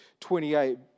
28